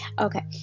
Okay